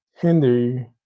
hinder